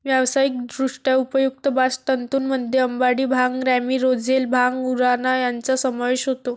व्यावसायिकदृष्ट्या उपयुक्त बास्ट तंतूंमध्ये अंबाडी, भांग, रॅमी, रोझेल, भांग, उराणा यांचा समावेश होतो